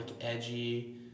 edgy